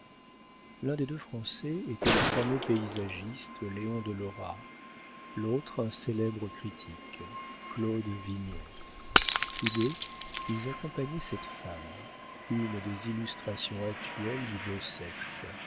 l'un des deux français était le fameux paysagiste léon de lora l'autre un célèbre critique claude vignon tous deux ils accompagnaient cette femme une des illustrations actuelles du beau sexe